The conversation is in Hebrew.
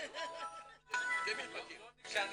אדוני היושב-ראש,